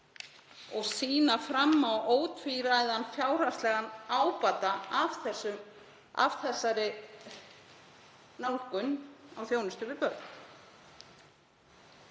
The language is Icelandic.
og sýna fram á ótvíræðan fjárhagslegan ábata af þessari nálgun í þjónustu við börn.